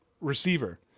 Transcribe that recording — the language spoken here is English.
receiver